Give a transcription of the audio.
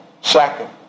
Second